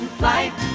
flight